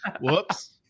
Whoops